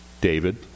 David